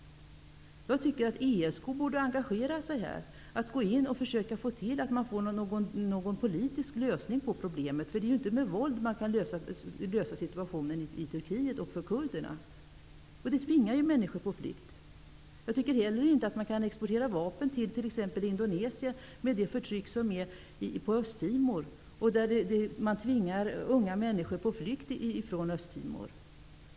Jag tycker att ESK borde engagera sig, gå in och försöka få till stånd en politisk lösning på problemet. Man kan inte klara situationen i Turkiet och för kurderna med våld. Det tvingar människor på flykt. Jag tycker inte heller att man kan exportera vapen till Indonesien, med förtrycket på Östtimor, där man tvingar unga människor på flykt.